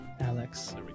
Alex